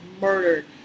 murdered